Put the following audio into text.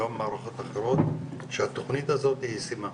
גם ממערכות אחרות שהתוכנית הזאת היא סימן.